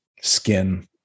skin